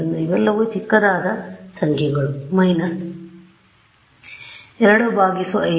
ಆದ್ದರಿಂದ ಇವೆಲ್ಲವೂ ಚಿಕ್ಕದಾದ ಸಂಖ್ಯೆಗಳು ಮೈನಸ್ 25 0